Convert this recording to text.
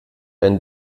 ein